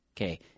Okay